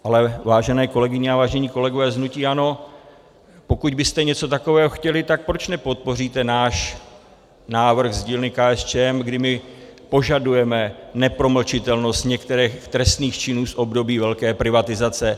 Ale vážené kolegyně a vážení kolegové z hnutí ANO, pokud byste něco takového chtěli, tak proč nepodpoříte náš návrh z dílny KSČM, kdy my požadujeme nepromlčitelnost některých trestných činů z období velké privatizace?